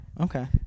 Okay